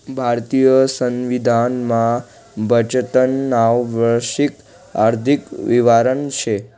भारतीय संविधान मा बजेटनं नाव वार्षिक आर्थिक विवरण शे